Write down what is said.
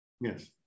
Yes